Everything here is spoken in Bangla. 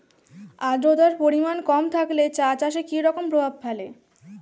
আদ্রতার পরিমাণ কম থাকলে চা চাষে কি রকম প্রভাব ফেলে?